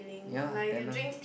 ya tannin